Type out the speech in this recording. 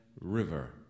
river